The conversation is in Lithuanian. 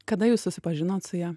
kada jūs susipažinot su ja